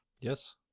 Yes